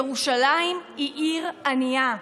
ירושלים היא עיר ענייה.